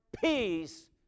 peace